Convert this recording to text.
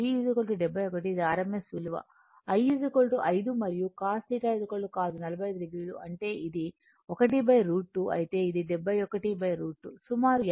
ఇది rms విలువ I 5 మరియు cos θ cos 45 o అంటే ఇది 1 √ 2 అయితే ఇది 71 √ 2 సుమారు 50